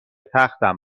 تختم